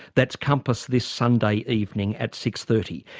that's compass this sunday evening at six thirty.